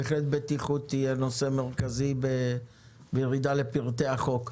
אכן, בטיחות יהיה נושא מרכזי בירידה לפרטי החוק.